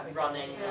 running